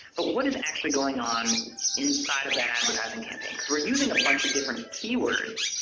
but what is actually going on inside of that advertising campaign, because we are using a bunch of different key words,